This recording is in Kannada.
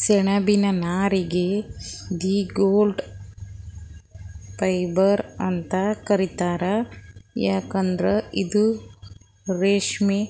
ಸೆಣಬಿನ್ ನಾರಿಗ್ ದಿ ಗೋಲ್ಡನ್ ಫೈಬರ್ ಅಂತ್ ಕರಿತಾರ್ ಯಾಕಂದ್ರ್ ಇದು ರೇಶ್ಮಿ